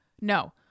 No